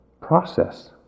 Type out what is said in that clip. process